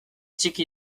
txiki